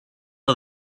are